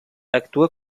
actua